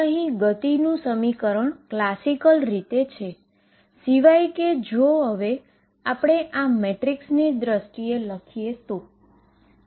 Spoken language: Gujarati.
હવે અહીં મોશનનું સમીકરણ ક્લાસિકલ રીતે છે સિવાય કે હવે આ મેટ્રિસની દ્રષ્ટિએ લખાયેલું છે